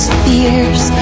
fears